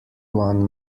one